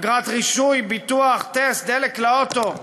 אגרת רישוי, ביטוח, טסט, דלק לאוטו?